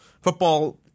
football